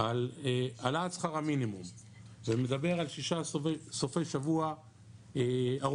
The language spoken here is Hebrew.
על העלאת שכר המינימום ומדבר על שישה סופי שבוע ארוכים,